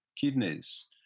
kidneys